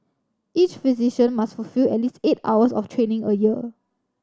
each physician must fulfil at least eight hours of training a year